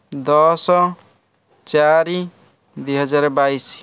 ଦଶ ଚାରି ଦୁଇ ହଜାର ବାଇଶି